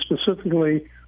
specifically